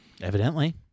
Evidently